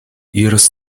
iras